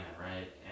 right